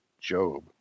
Job